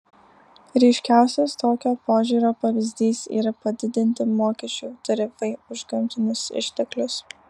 ryškiausias tokio požiūrio pavyzdys yra padidinti mokesčių tarifai už gamtinius išteklius